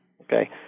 Okay